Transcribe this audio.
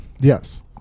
Yes